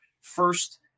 first